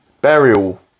Burial